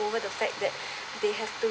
over the fact that they have to